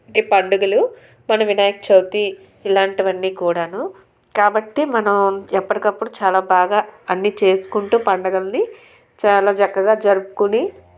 ఈ పండుగలు మన వినాయక చవితి ఇలాంటివన్నీ కూడాను కాబట్టే మనం ఎప్పటికప్పుడు చాలా బాగా అన్నీ చేసుకుంటూ పండగలని చాలా చక్కగా జరుపుకొని